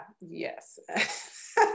yes